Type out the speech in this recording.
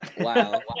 Wow